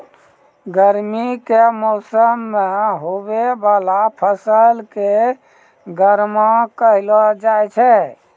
गर्मी के मौसम मे हुवै वाला फसल के गर्मा कहलौ जाय छै